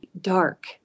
dark